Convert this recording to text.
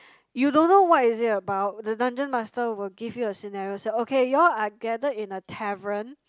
you don't know what is it about the dungeon master will give you a scenario so okay you all are gathered in a tavern